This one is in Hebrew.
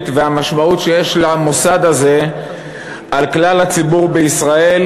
והמשמעות שיש למוסד הזה לכלל הציבור בישראל,